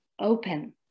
open